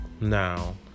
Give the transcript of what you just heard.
Now